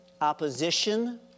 opposition